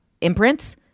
imprints